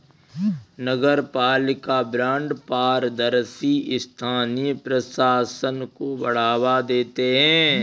नगरपालिका बॉन्ड पारदर्शी स्थानीय प्रशासन को बढ़ावा देते हैं